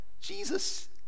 Jesus